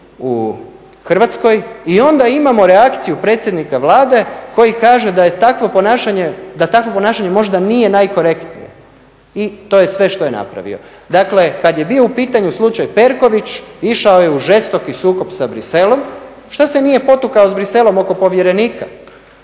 u Hrvatskoj. I onda imamo reakciju predsjednika Vlade koji kaže da takvo ponašanje možda nije najkorektnije i to je sve što je napravio. Dakle kad je bio u pitanju slučaj Perković išao je u žestoki sukob sa Bruxellesom. Što se nije potukao s Bruxellesom oko povjerenika?